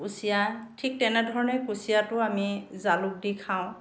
কুচিয়া ঠিক তেনেধৰণেই কুচিয়াতো আমি জালুক দি খাওঁ